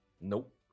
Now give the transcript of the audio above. Nope